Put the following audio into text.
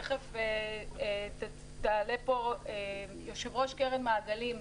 תיכף תעלה פה יושבת-ראש קרן מעגלים.